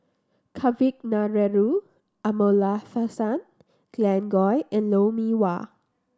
Kavignareru Amallathasan Glen Goei and Lou Mee Wah